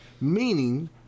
meaning